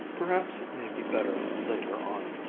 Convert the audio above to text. perhaps it may be better later on.